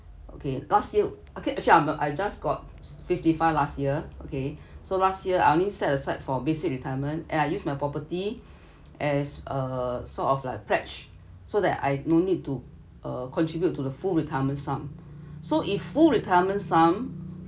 okay last year okay actually I'm I just got fifty five last year okay so last year I only set aside for basic retirement and I use my property as a sort of like pledge so that I no need to uh contribute to the full retirement sum so if full retirement sum